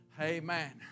Amen